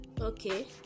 Okay